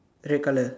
red colour